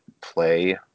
play